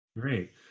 Great